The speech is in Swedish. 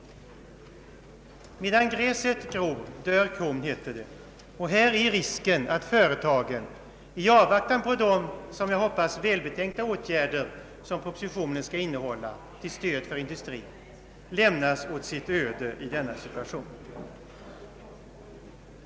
Medan gräset gror dör kon, heter det. Risken är här att företagen i avvaktan på de — som jag hoppas — välbetänkta åtgärder som propositionen kommer att innehålla till stöd för industrin lämnas åt sitt öde i denna situation.